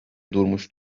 durmuş